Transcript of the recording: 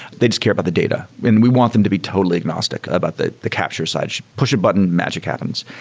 they just care about the data, and we want them to be totally agnostic about the the capture side. push a button and magic happens.